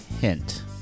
Hint